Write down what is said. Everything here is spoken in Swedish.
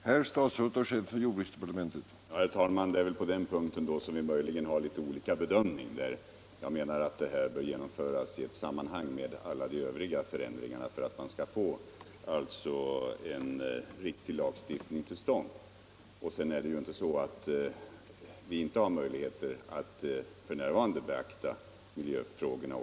Herr talman! Det är väl på den punkten som vi möjligen har olika bedömningar. Jag menar att den här ändringen bör genomföras i samband med alla de övriga förändringarna för att man skall få en riktig lagstiftning till stånd. Sedan har vi redan med den gällande lagstiftningen möjligheter att beakta de här miljöfrågorna.